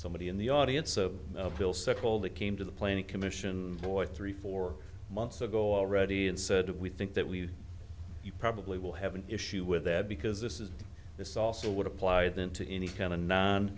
somebody in the audience a bill circle that came to the planning commission voice three four months ago already and said we think that we probably will have an issue with that because this is this also would apply then to any kind of